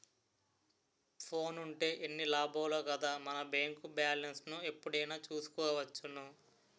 ఫోనుంటే ఎన్ని లాభాలో కదా మన బేంకు బాలెస్ను ఎప్పుడైనా చూసుకోవచ్చును